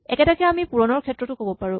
একেটাকে আমি পূৰণৰ ক্ষেত্ৰটো ক'ব পাৰো